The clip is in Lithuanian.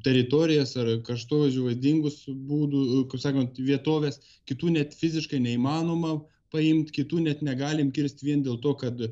teritorijas ar krašovaizdžio va dingusių būdų kaip sakant vietoves kitų net fiziškai neįmanoma paimt kitų net negalime kirsti vien dėl to kad